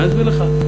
ואני אסביר לך.